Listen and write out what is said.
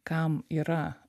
kam yra